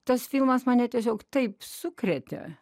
tas filmas mane tiesiog taip sukrėtė